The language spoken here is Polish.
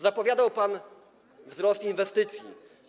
Zapowiadał pan wzrost inwestycji.